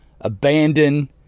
abandon